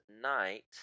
night